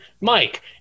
Mike